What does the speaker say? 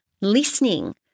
listening